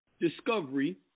discovery